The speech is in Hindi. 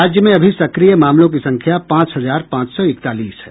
राज्य में अभी सक्रिय मरीजों की संख्या पांच हजार पांच सौ इकतालीस है